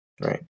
right